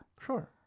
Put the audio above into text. Sure